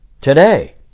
Today